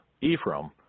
Ephraim